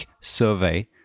survey